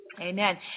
Amen